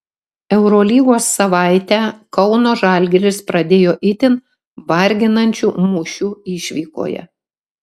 eurolygos savaitę kauno žalgiris pradėjo itin varginančiu mūšiu išvykoje